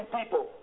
people